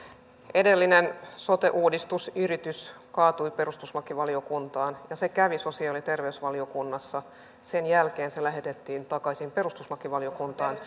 edellinen sote uudistusyritys kaatui perustuslakivaliokuntaan ja se kävi sosiaali ja terveysvaliokunnassa sen jälkeen se lähetettiin takaisin perustuslakivaliokuntaan